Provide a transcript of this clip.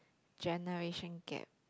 generation gap